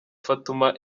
fatuma